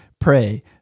pray